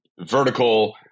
vertical